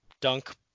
Dunk